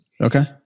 Okay